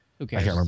Okay